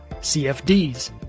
CFDs